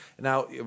Now